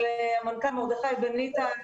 --- המנכ"ל מרדכי בניטה.